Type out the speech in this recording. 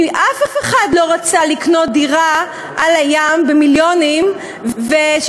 כי אף אחד לא רצה לקנות במיליונים דירה על הים